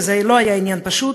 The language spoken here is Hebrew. וזה לא היה עניין פשוט,